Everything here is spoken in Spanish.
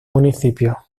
municipio